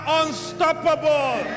unstoppable